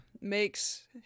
makes